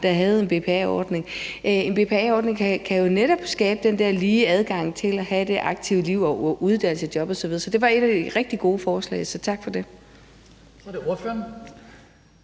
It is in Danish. som havde en dpa-ordning. Den ordning kan jo netop skabe den her lige adgang til at have det aktive liv og uddanne sig og få job osv. Det var et af de rigtige gode forslag, så tak for det.